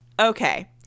Okay